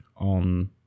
on